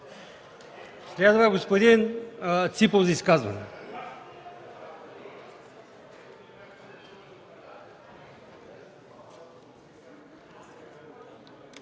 Следва господин Ципов – за изказване.